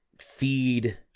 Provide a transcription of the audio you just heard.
feed